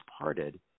parted